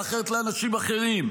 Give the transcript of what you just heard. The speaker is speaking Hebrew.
ואחרת לאנשים אחרים.